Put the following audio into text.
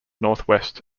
northwest